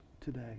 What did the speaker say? today